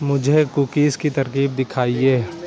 مجھے کوکیز کی ترکیب دکھائیے